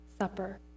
Supper